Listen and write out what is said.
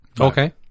Okay